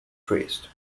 traced